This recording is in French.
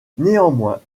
néanmoins